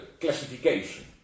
classification